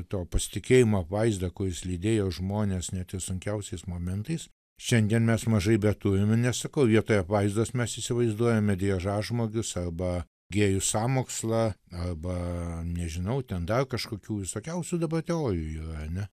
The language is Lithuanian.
to pasitikėjimo apvaizdo kuris lydėjo žmonės net ir sunkiausiais momentais šiandien mes mažai beturime nes sakau vietoje apvaizdos mes įsivaizduojame driežažmogius arba gėjų sąmokslą arba nežinau ten dar kažkokių visokiausių dabar teorijų ar ne